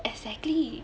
exactly